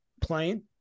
playing